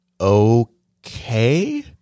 okay